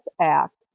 act